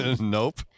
Nope